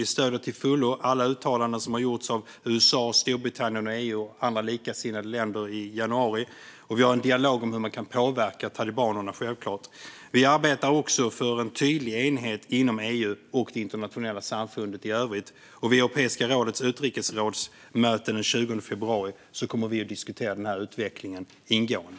Vi stöder till fullo alla uttalanden som i januari har gjorts av USA, Storbritannien, EU och andra likasinnade länder. Vi har självklart också en dialog om hur man kan påverka talibanerna. Vi arbetar också för en tydlig enighet inom EU och det internationella samfundet i övrigt. Vid Europeiska rådets utrikesrådsmöte den 20 februari kommer vi att diskutera utvecklingen ingående.